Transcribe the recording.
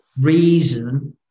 reason